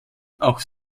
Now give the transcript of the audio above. auch